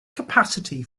capacity